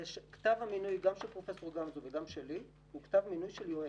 כתב המינוי גם של פרופ' וגם שלי הוא כתב מינוי של יועץ.